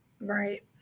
Right